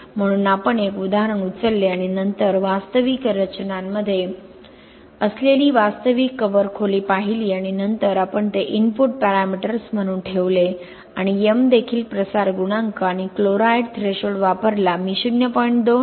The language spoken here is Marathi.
म्हणून आपण एक उदाहरण उचलले आणि नंतर वास्तविक रचनांमध्ये असलेली वास्तविक कव्हर खोली पाहिली आणि नंतर आपण ते इनपुट पॅरामीटर्स म्हणून ठेवले आणि m देखील प्रसार गुणांक आणि क्लोराईड थ्रेशोल्ड वापरला मी 0